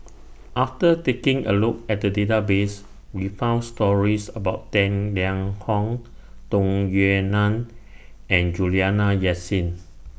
after taking A Look At The Database We found stories about Tang Liang Hong Tung Yue Nang and Juliana Yasin